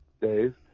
Dave